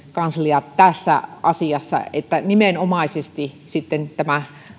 kansliaa tässä asiassa että nimenomaisesti tämä